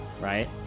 right